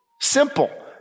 simple